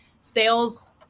Sales